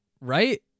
Right